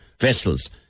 vessels